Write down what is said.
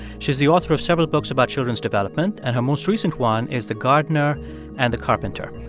she's the author of several books about children's development, and her most recent one is the gardener and the carpenter.